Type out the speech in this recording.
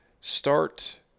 start